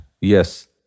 Yes